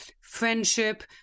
Friendship